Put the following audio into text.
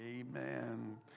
Amen